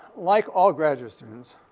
like all graduate students,